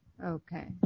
Okay